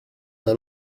una